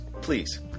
Please